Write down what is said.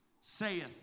saith